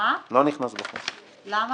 למה?